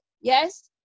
yes